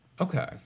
Okay